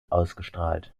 ausgestrahlt